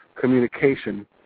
communication